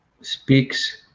speaks